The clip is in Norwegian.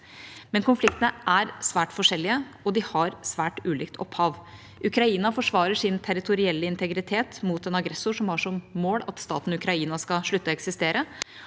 «Konfliktene er svært forskjellige og har svært ulikt opphav. Ukraina forsvarer sin territorielle integritet mot en aggressor som har som mål at staten Ukraina skal slutte å eksistere.